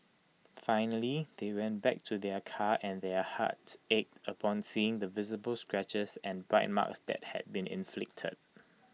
finally they went back to their car and their hearts ached upon seeing the visible scratches and bite marks that had been inflicted